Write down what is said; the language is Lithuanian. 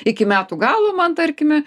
iki metų galo man tarkime